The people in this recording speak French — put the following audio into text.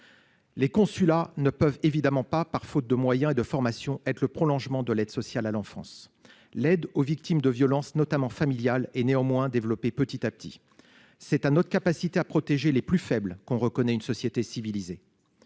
Les consulats ne peuvent évidemment pas par faute de moyens et de formation. Être le prolongement de l'aide sociale à l'enfance, l'aide aux victimes de violences notamment familial et néanmoins développé petit à petit c'est à notre capacité à protéger les plus faibles qu'on reconnaît une société civilisée.